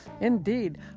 indeed